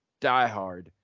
diehard